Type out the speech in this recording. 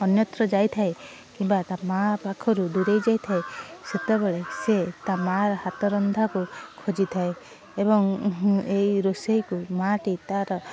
ଅନ୍ୟତ୍ର ଯାଇଥାଏ କିମ୍ବା ତା ମା ପାଖରୁ ଦୂରେଇ ଯାଇଥାଏ ସେତେବେଳେ ସେ ତା ମାର ହାତ ରନ୍ଧାକୁ ଖୋଜିଥାଏ ଏବଂ ଉଁ ହୁଁ ଏଇ ରୋଷେଇକୁ ମା ଟି ତାର